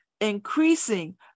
increasing